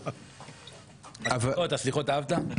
את הסליחות אהבת?